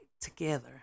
together